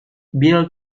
bill